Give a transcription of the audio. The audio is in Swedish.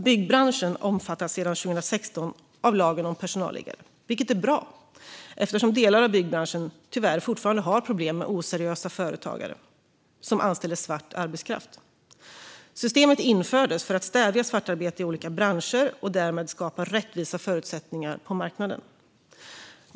Byggbranschen omfattas sedan 2016 av lagen om personalliggare, vilket är bra eftersom delar av byggbranschen tyvärr fortfarande har problem med oseriösa företagare som anställer svart arbetskraft. Systemet infördes för att stävja svartarbete i olika branscher och därmed skapa rättvisa förutsättningar på marknaden.